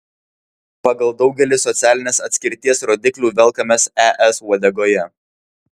pagal daugelį socialinės atskirties rodiklių velkamės es uodegoje